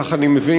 כך אני מבין,